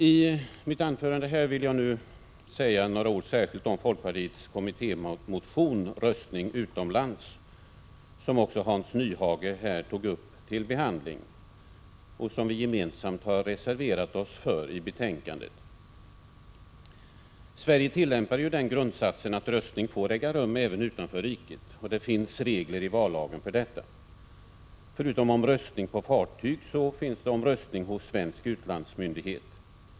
I mitt anförande vill jag säga några ord om folkpartiets kommittémotion, Röstning utomlands, som också Hans Nyhage tog upp till behandling och som vi gemensamt har reserverat oss för i betänkandet. Sverige tillämpar den grundsatsen att röstning får äga rum även utanför riket. Det finns regler i vallagen för detta. Förutom om röstning på fartyg finns det regler om röstning hos svensk utlandsmyndighet.